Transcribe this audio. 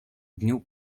dniu